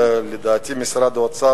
ולדעתי, משרד האוצר